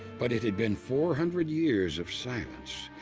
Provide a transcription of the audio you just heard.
but it had been four hundred years of silence,